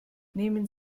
nehmen